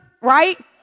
Right